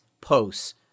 posts